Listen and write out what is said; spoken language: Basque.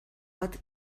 bat